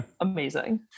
amazing